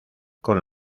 con